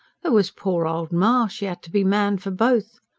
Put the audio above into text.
there was poor old ma she ad be man for both.